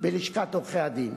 בלשכת עורכי-הדין.